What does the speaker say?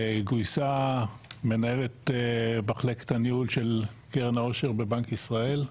גויסה מנהלת מחלקת הניהול של קרן העושר בבנק ישראל,